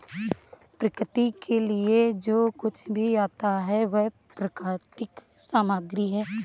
प्रकृति के लिए जो कुछ भी आता है वह प्राकृतिक सामग्री है